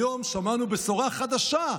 היום שמענו בשורה חדשה,